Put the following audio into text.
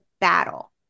battle